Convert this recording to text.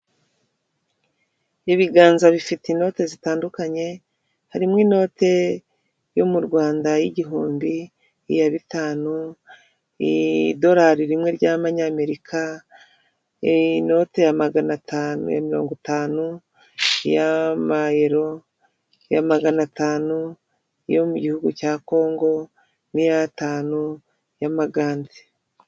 Ibiganza bifite inote zitandukanye harimo inote yo mu Rwanda y igihumbi, iya bitanu, idolari rimwe ry'amanyamerika, inote ya magana atanu na mirongo itanu y'amayero, iya magana atanu yo mu gihugu cya Kongo n'iy'atanu y'amagande.